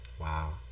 Wow